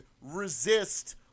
resist